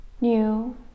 New